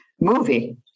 movie